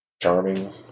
charming